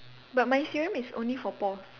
but my serum is only for pores